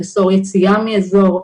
לאסור יציאה מאזור,